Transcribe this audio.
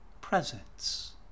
presence